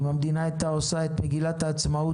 אם המדינה הייתה עושה את מגילת העצמאות,